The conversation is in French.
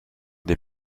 des